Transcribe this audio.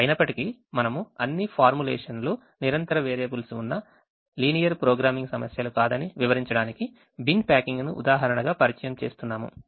అయినప్పటికీ మనము అన్ని ఫార్ములేషన్లు నిరంతర వేరియబుల్స్ ఉన్న linear programming సమస్యలు కాదని వివరించడానికి బిన్ ప్యాకింగ్ను ఉదాహరణగా పరిచయం చేస్తున్నాము